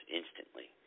instantly